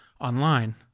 online